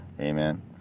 Amen